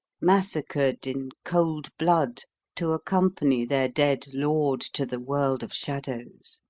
massacred in cold blood to accompany their dead lord to the world of shadows.